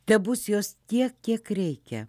tebus jos tiek kiek reikia